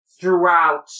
throughout